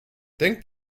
denk